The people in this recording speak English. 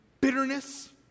Bitterness